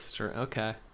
okay